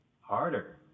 harder